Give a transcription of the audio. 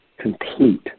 complete